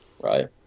Right